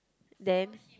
then